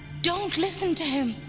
don't listen to him.